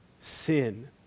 Sin